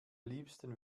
liebsten